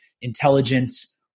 intelligence